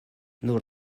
nur